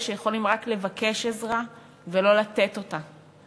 שיכולים רק לבקש עזרה ולא לתת אותה,